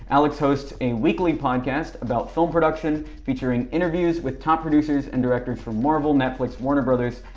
alex hosts a weekly podcast about film production featuring interviews with top producers and directors for marvel, netflix, warner brothers,